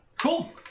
Cool